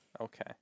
Okay